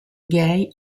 gay